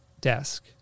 desk